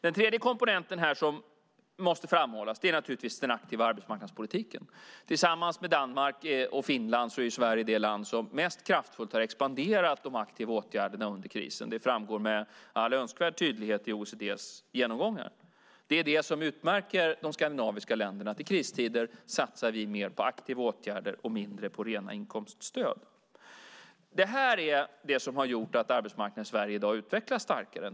Den tredje komponenten som måste framhållas är naturligtvis den aktiva arbetsmarknadspolitiken. Tillsammans med Danmark och Finland är Sverige det land som mest kraftfullt har expanderat de aktiva åtgärderna under krisen. Det framgår med all önskvärd tydlighet i OECD:s genomgångar. Det är det som utmärker de skandinaviska länderna, att i kristider satsar vi mer på aktiva åtgärder och mindre på rena inkomststöd. Det här är det som har gjort att arbetsmarknaden i Sverige i dag utvecklas starkare.